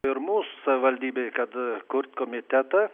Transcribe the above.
ir mūsų savivaldybei kad kurt komitetą